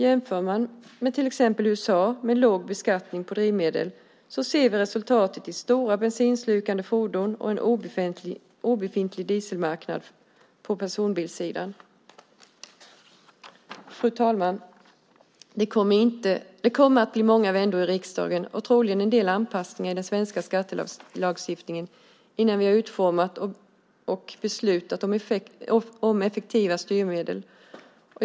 Jämför man med till exempel USA som har låg beskattning på drivmedel ser vi resultatet i stora bensinslukande fordon och en obefintlig dieselmarknad på personbilssidan. Fru talman! Det kommer att bli många vändor i riksdagen och troligen en del anpassningar i den svenska skattelagstiftningen innan vi har utformat och beslutat om effektiva styrmedel.